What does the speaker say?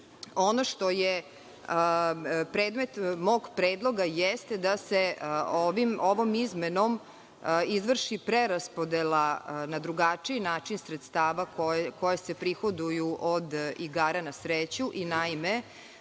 Ono što je predmet mog predloga jeste da se ovom izmenom izvrši preraspodela na drugačiji način sredstava koja se prihoduju od igara na sreću, naime,